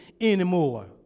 anymore